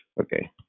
Okay